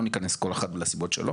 לא נכנס כל אחד לסיבות שלו